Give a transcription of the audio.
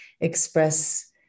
express